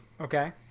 okay